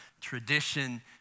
tradition